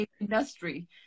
Industry